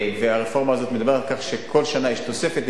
הרפורמה הזאת מדברת על כך שכל שנה יש תוספת,